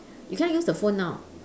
you can't use the phone now